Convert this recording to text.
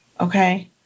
Okay